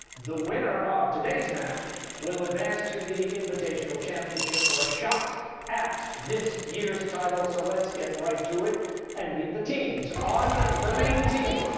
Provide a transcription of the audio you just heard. the winner of today's match will advance to the invitational championship for a shot at this year's title, so let's get right to it and meet the teams. on the maine team,